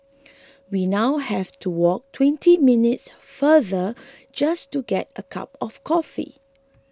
we now have to walk twenty minutes farther just to get a cup of coffee